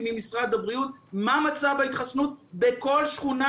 ממשרד הבריאות מה מצב ההתחסנות בכל שכונה,